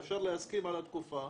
אפשר להסכים על התקופה,